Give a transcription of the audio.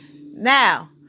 Now